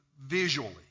visually